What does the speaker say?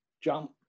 jump